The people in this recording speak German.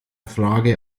frage